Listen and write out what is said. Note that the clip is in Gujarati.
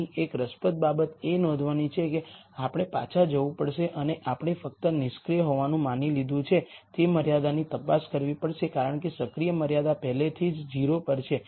અહીં એક રસપ્રદ બાબત એ નોંધવાની છે કે આપણે પાછા જવું પડશે અને આપણે ફક્ત નિષ્ક્રિય હોવાનું માની લીધું છે તે મર્યાદાની તપાસ કરવી પડશે કારણ કે સક્રિય મર્યાદા પહેલાથી જ 0 પર છે